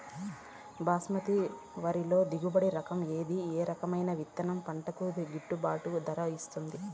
బాస్మతి వరిలో దిగుబడి రకము ఏది ఏ రకము విత్తనం పంటకు గిట్టుబాటు ధర ఇస్తుంది